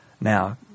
Now